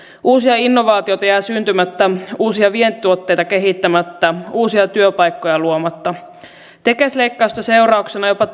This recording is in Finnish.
uusia innovaatioita jää syntymättä uusia vientituotteita kehittämättä uusia työpaikkoja luomatta tekes leikkausten seurauksena jopa